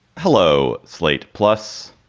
hello, slate, plus,